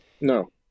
No